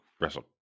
Wrestle